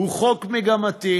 הוא חוק מגמתי,